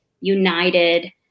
united